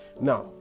Now